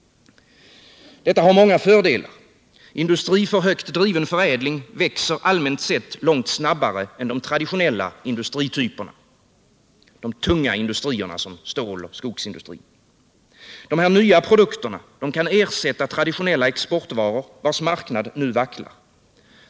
Detta har många fördelar. Industri för högt driven förädling växer allmänt sett långt snabbare än traditionella industrityper — de tunga industrierna som ståloch skogsindustri. De nya produkterna kan ersätta traditionella exportvaror, vilkas marknad nu vacklar.